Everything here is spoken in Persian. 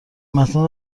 متن